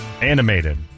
Animated